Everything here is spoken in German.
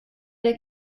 der